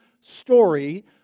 story